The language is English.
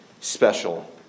special